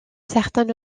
certains